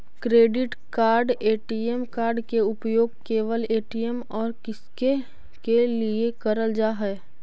Credit card ATM card के उपयोग केवल ए.टी.एम और किसके के लिए करल जा है?